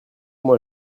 moi